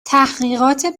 تحقیقات